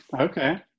Okay